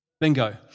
Bingo